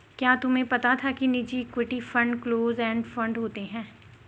क्या तुम्हें पता था कि निजी equity fund close end fund होते हैं?